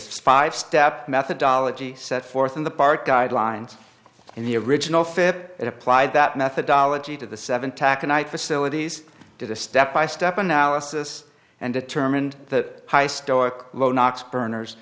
spy step methodology set forth in the part guidelines and the original fit it applied that methodology to the seven taconite facilities did a step by step analysis and determined that high storch low knocks burners